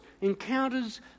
encounters